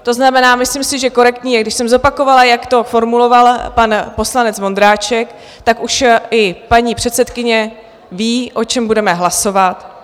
To znamená, myslím si, že korektní je, když jsem zopakovala, jak to formuloval pan poslanec Vondráček, tak už i paní předsedkyně ví, o čem budeme hlasovat.